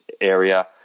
area